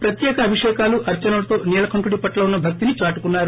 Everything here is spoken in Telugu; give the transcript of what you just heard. ప్రత్యేక అభిషకాలు అర్చనలతో నీలకంరుడి పట్ల ఉన్న భక్తిని చాటుకున్నారు